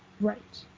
Right